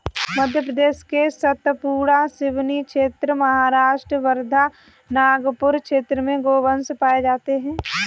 मध्य प्रदेश के सतपुड़ा, सिवनी क्षेत्र, महाराष्ट्र वर्धा, नागपुर क्षेत्र में गोवंश पाये जाते हैं